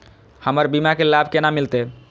हमर बीमा के लाभ केना मिलते?